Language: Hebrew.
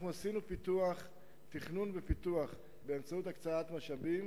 עשינו תכנון ופיתוח באמצעות הקצאת משאבים